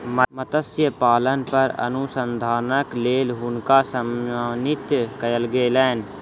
मत्स्य पालन पर अनुसंधानक लेल हुनका सम्मानित कयल गेलैन